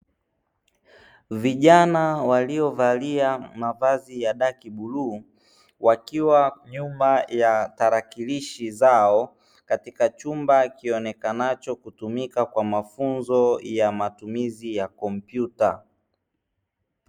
Vijana waliovalia mavazi ya dark blue wakiwa nyuma ya tarakilishi zao, katika chumba kionekanacho kutumika kwa mafunzo ya matumizi ya kompyuta.